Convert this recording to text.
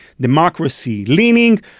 democracy-leaning